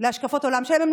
להשקפת העולם שלהם.